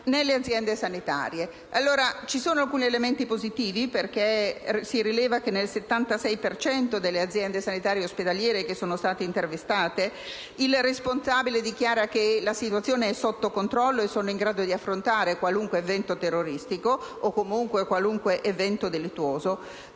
dalla sanità). Ci sono alcuni elementi positivi, perché si rileva che, nel 76 per cento delle aziende sanitarie ospedaliere intervistate, il responsabile dichiara che la situazione è sotto controllo e si è in grado di affrontare qualunque evento terroristico o comunque qualunque evento delittuoso.